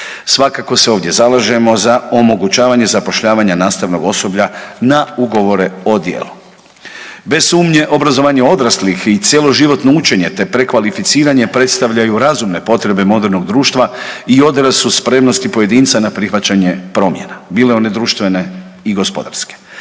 Svakako se ovdje zalažemo za omogućavanje zapošljavanja nastavnog osoblja na ugovore o djelu. Bez sumnje obrazovanje odraslih i cjeloživotno učenje, te prekvalificiranje predstavljaju razumne potrebne modernog društva i …/Govornik se ne razumije/…spremnosti pojedinca na prihvaćanje promjena bile one društvene i gospodarske.